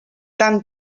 tan